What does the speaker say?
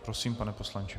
Prosím, pane poslanče.